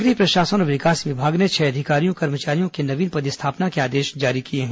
नगरीय प्रशासन और विकास विभाग ने छह अधिकारियों कर्मचारियों के नवीन पदस्थापना आदेश जारी किया है